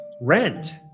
rent